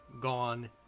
gone